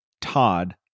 Todd